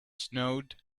snowed